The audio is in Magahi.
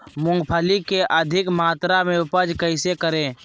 मूंगफली के अधिक मात्रा मे उपज कैसे करें?